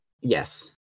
Yes